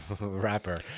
rapper